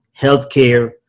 healthcare